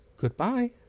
Goodbye